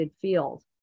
field